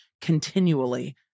continually